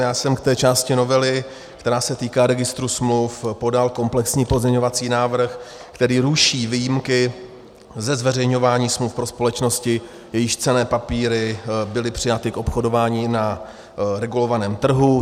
Já jsem k té části novely, která se týká registru smluv, podal komplexní pozměňovací návrh, který ruší výjimky ze zveřejňování smluv pro společnosti, jejichž cenné papíry byly přijaty k obchodování na regulovaném trhu.